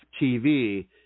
TV